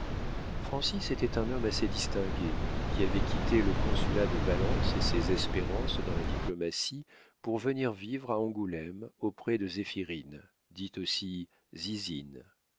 était un homme assez distingué qui avait quitté le consulat de valence et ses espérances dans la diplomatie pour venir vivre à angoulême auprès de zéphirine dite aussi zizine